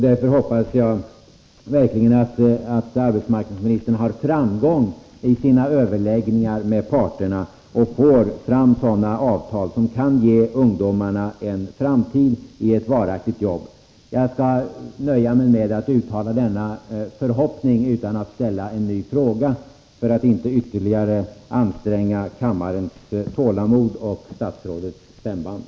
Därför hoppas jag den fackliga verkligen att arbetsmarknadsministern har framgång i sina överläggningar — yetorätten enligt med parterna och får fram sådana avtal som kan ge ungdomarna en framtidi — medbestämmandeett varaktigt jobb. lagen Jag skall nöja mig med att uttala denna förhoppning utan att ställa en ny fråga för att inte ytterligare anstränga kammarledamöternas tålamod och statsrådets stämband.